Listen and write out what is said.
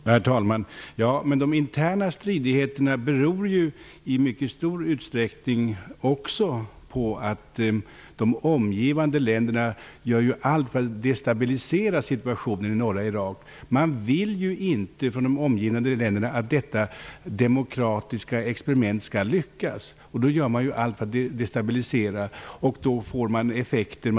Herr talman! De interna stridigheterna beror i mycket stor utsträckning också på att de omgivande länderna gör allt för destabilisera situationen i norra Irak. Dessa länder vill inte att det demokratiska experimentet skall lyckas. Därför gör man allt för att åstadkomma en destabilisering.